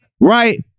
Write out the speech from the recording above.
right